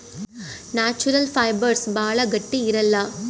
natural fibres ಭಾಳ ಗಟ್ಟಿ ಇರಲ್ಲ